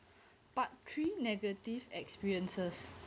but three negative experiences